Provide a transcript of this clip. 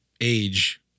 age